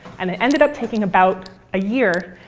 and it ended up taking about a year.